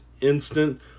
instant